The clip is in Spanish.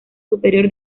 superior